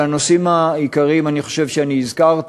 אבל את הנושאים העיקריים אני חושב שהזכרתי.